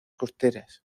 costeras